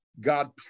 God